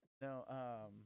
no